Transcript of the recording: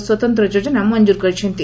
ସ୍ୱତନ୍ତ ଯୋଜନା ମଞ୍ଚର କରିଛନ୍ତି